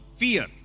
fear